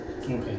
Okay